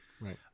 right